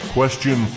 Question